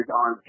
on